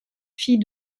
fille